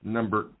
Number